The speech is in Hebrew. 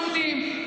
יהודים,